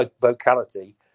vocality